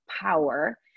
power